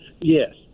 Yes